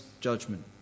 judgment